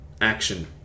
action